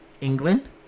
England